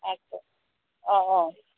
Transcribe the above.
আচ্ছা অঁ অঁ